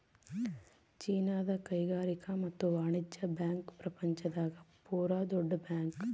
ಚೀನಾದ ಕೈಗಾರಿಕಾ ಮತ್ತು ವಾಣಿಜ್ಯ ಬ್ಯಾಂಕ್ ಪ್ರಪಂಚ ದಾಗ ಪೂರ ದೊಡ್ಡ ಬ್ಯಾಂಕ್